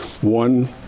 one